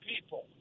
people